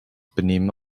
benehmen